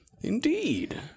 Indeed